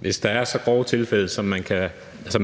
Hvis der er så grove tilfælde, at